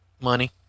Money